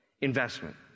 investment